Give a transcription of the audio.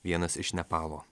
vienas iš nepalo